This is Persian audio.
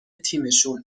تیمشون